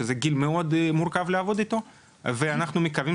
שזה גיל יותר מורכב לעבוד איתו ואנחנו מקווים